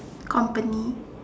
company